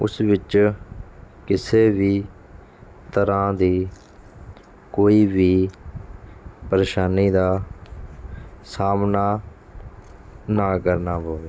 ਉਸ ਵਿੱਚ ਕਿਸੇ ਵੀ ਤਰ੍ਹਾਂ ਦੀ ਕੋਈ ਵੀ ਪ੍ਰੇਸ਼ਾਨੀ ਦਾ ਸਾਹਮਣਾ ਨਾ ਕਰਨਾ ਪਵੇ